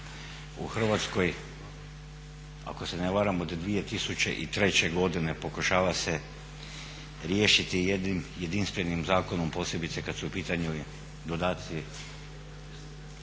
u Hrvatskoj ako se na varam od 2003. godine pokušava se riješiti jednim jedinstvenim zakonom posebice kad su u pitanju dodaci